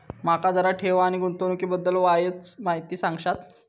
माका जरा ठेव आणि गुंतवणूकी बद्दल वायचं माहिती सांगशात?